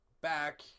back